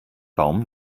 baum